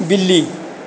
ਬਿੱਲੀ